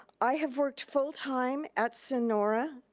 i have worked full time at sonora,